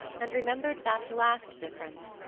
and remembered that last difference,